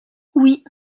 oui